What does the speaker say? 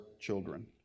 children